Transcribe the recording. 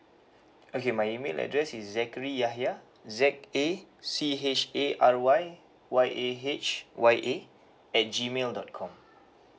okay my email address is zachary yahya Z A C H A R Y Y A H Y A at G mail dot com